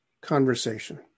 conversation